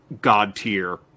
god-tier